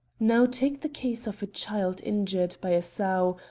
now take the case of a child injured by a sow,